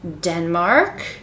denmark